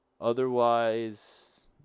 Otherwise